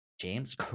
james